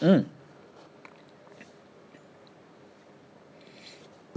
mm